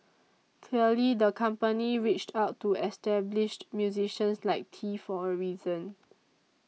clearly the company reached out to established musicians like Tee for a reason